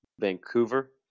Vancouver